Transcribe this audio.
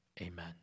Amen